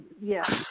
yes